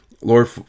Lord